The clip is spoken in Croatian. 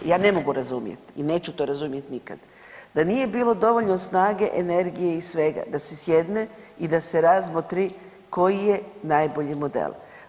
Ja ne mogu razumjet i neću to razumjet nikad da nije bilo dovoljno snage, energije i svega da se sjedne i da se razmotri koji je najbolji model.